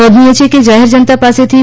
નોંધનીય છે કે જાહેર જનતા પાસેથી રૂ